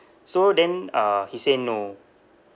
so then uh he say no